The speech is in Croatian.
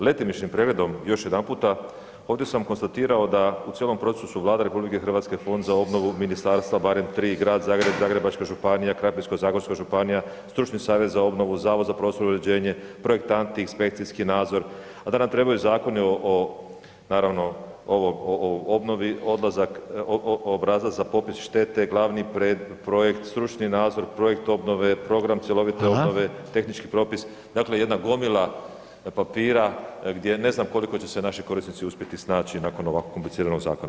Letimičnim pregledom još jedanputa ovdje sam konstatirao da u cijelom procesu Vlada Republike Hrvatske, Fond za obnovu, ministarstva barem tri, Grad Zagreb, Zagrebačka županija, Krapinsko-zagorska županija, Stručni savjet za obnovu, Zavod za prostorno uređenje, projektanti, inspekcijski nadzor a da nam trebaju zakoni naravno o obnovi obrazac za popis štete, glavni projekt, stručni nadzor, projekt obnove, program cjelovite obnove, tehnički propis dakle jedna gomila papira gdje ne znam koliko će se naši korisnici uspjeti snaći nakon ovako kompliciranog zakona.